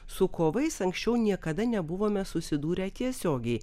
su kovais anksčiau niekada nebuvome susidūrę tiesiogiai